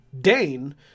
Dane